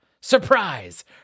Surprise